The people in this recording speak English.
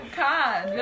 card